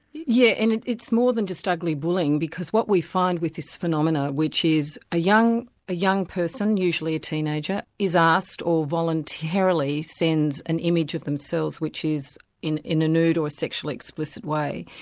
yeah and it's more than just ugly bullying, because what we find with this phenomena which is a young a young person, usually a teenager, is asked or voluntarily sends an image of themselves which is in the nude or sexually explicit way,